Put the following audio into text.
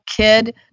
kid